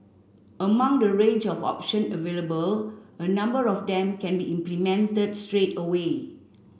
among the range of options available a number of them can be implemented straight away